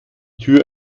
tür